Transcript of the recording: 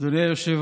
והחמור